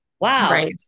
Wow